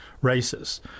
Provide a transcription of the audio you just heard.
races